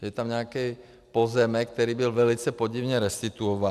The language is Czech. Je tam nějaký pozemek, který byl velice podivně restituován.